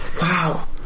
wow